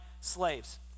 slaves